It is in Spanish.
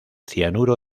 cianuro